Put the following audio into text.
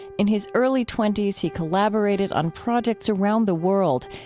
in his early twenty s, he collaborated on projects around the world,